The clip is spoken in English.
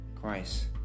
Christ